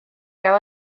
gael